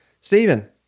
Stephen